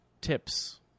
tips